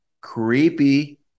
Creepy